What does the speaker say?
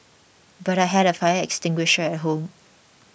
but I had a fire extinguisher at home